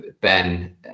Ben